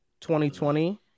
2020